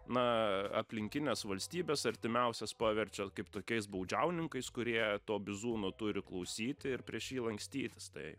na aplinkines valstybes artimiausias paverčia kaip tokiais baudžiauninkais kurie to bizūno turi klausyti ir prieš jį lankstytis tai